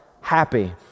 happy